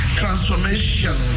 transformation